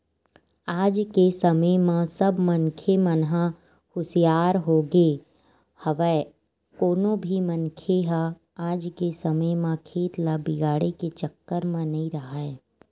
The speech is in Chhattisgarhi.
आज के समे म सब मनखे मन ह हुसियार होगे हवय कोनो भी मनखे ह आज के समे म खेत ल बिगाड़े के चक्कर म नइ राहय